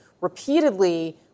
repeatedly